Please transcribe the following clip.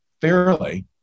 fairly